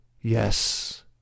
Yes